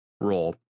role